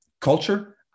culture